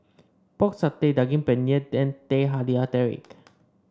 Pork Satay Daging Penyet and Teh Halia Tarik